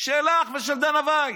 שלך ושל דנה ויס.